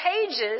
pages